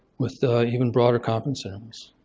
with the even broader confidence intervals.